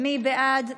מי בעד?